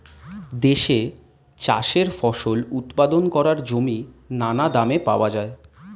দেশে চাষের ফসল উৎপাদন করার জমি নানা দামে পাওয়া যায়